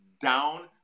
down